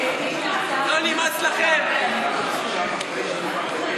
לא נמאס לכם לעשות דה-לגיטימציה לכנסת,